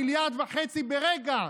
מיליארד וחצי ברגע,